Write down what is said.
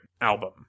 album